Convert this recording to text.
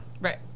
Right